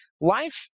life